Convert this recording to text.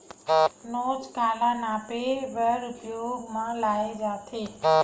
नोच काला मापे बर उपयोग म लाये जाथे?